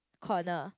corner